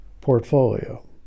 portfolio